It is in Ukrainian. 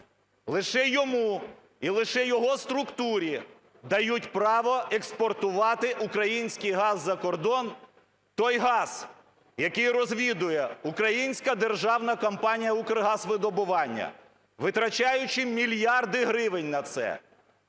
лише йому і лише його структурі дають право експортувати український газ за кордон, той газ, який розвідує українська державна компанія "Укргазвидобування", витрачаючи мільярди гривень на це,